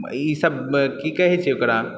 ई सब की कहै छै ओकरा